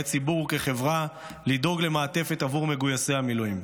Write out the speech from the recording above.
ציבור וכחברה לדאוג למעטפת עבור מגויסי המילואים.